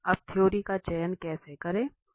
अब थ्योरी का चयन कैसे करें